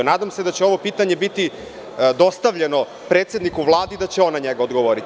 Nadam se da će ovo pitanje biti dostavljeno predsedniku Vlade, i da će on na njega odgovoriti.